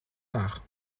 nach